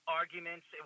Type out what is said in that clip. arguments